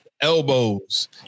elbows